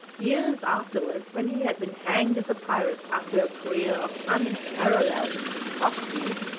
years afterwards, when he had been hanged as a pirate after a career of unparalleled atrocities,